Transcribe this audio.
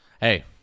Hey